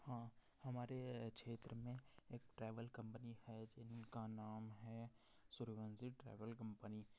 हाँ हमारे क्षेत्र में एक ट्रेवल कंपनी है जिनका नाम है सूर्यवंशी ट्रेवल कंपनी